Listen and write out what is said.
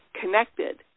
connected